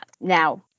now